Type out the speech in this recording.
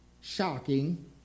shocking